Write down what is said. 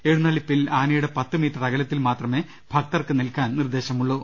എഴുന്നള്ളിപ്പിൽ ആനയുടെ പത്ത് മീറ്റർ അക ലത്തിൽ മാത്രമെ ഭക്തർക്ക് നിൽക്കാൻ നിർദ്ദേശമുള്ളൂ